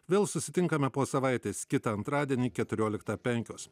vėl susitinkame po savaitės kitą antradienį keturioliktą penkios